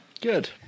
Good